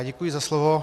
Děkuji za slovo.